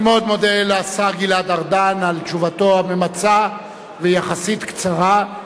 אני מאוד מודה לשר גלעד ארדן על תשובתו הממצה ויחסית הקצרה.